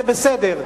זה בסדר.